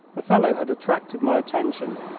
the fellow had attracted my attention,